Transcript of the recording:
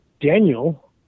Daniel